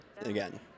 again